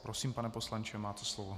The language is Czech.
Prosím, pane poslanče, máte slovo.